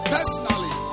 Personally